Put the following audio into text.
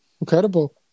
Incredible